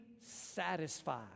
satisfied